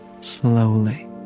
slowly